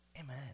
Amen